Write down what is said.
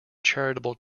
charitable